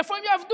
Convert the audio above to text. איפה הם יעבדו?